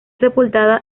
sepultada